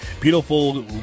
beautiful